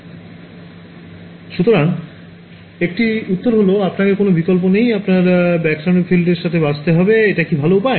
ছাত্র ছাত্রীঃ সুতরাং একটি উত্তর হল আপনার কোনও বিকল্প নেই আপনাকে ব্যাকস্ক্যাটার্ড ফিল্ডের সাথে বাঁচতে হবে এটা কি একটি ভাল উপায়